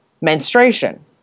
menstruation